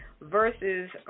versus